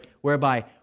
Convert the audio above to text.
whereby